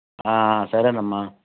సరేనమ్మా